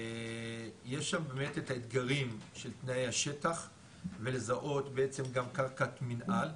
יש שם באמת את האתגרים של תנאי השטח ולזהות בעצם גם קרקעת מנהל,